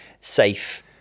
safe